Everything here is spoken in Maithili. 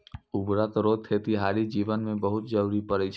उर्वरक रो खेतीहर जीवन मे बहुत जरुरी पड़ै छै